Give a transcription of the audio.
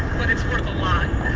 but it's worth a lot.